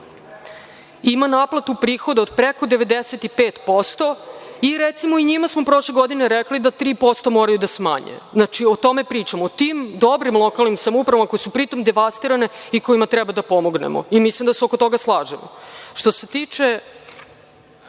Ima naplatu prihoda preko 95%. Recimo, njima smo prošle godine rekli da 3% moraju da smanje. Znači, o tome pričamo, o tim dobrim lokalnim samoupravama koje su pri tom devastirane i kojima treba da pomognemo. Mislim da se oko toga slažemo. Što se tiče